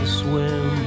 swim